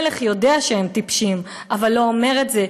המלך יודע שהם טיפשים אבל לא אומר את זה,